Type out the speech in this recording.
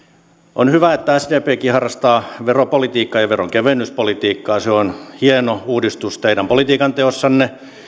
on hyvä että sdpkin harrastaa veropolitiikkaa ja veronkevennyspolitiikkaa ja se on hieno uudistus teidän politiikanteossanne